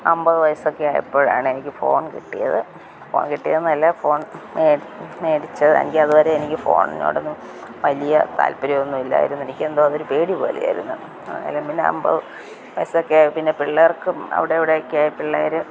അമ്പത് വയസ്സൊക്കെ ആയപ്പോഴാണ് എനിക്ക് ഫോൺ കിട്ടിയത് ഫോൺ കിട്ടിയെന്നല്ല ഫോൺ വേടിച്ചത് എനിക്കതുവരെ എനിക്ക് ഫോണിനോടൊന്നും വലിയ താല്പര്യമൊന്നും ഇല്ലായിരുന്നു എനിക്കെന്തോ അതൊരു പേടി പോലെയായിയിരുന്നു പിന്നെ അമ്പത് വയസ്സൊക്കെ പിന്നെ പിള്ളേർക്കും അവിടെ ഇവിടെയൊക്കെയായി പിള്ളേർ